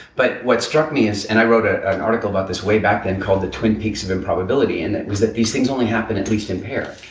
but what struck me is. and i wrote ah an article but way back then called the twin peaks of improbability and that was that these things only happen, at least, in pairs.